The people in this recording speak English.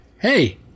hey